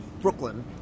Brooklyn